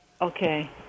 Okay